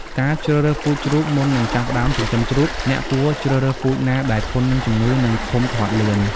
ការជ្រើសរើសពូជជ្រូកមុននឹងចាប់ផ្តើមចិញ្ចឹមជ្រូក អ្នកគួរជ្រើសរើសពូជណាដែលធន់នឹងជំងឺ និងធំធាត់លឿន។